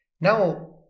Now